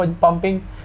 pumping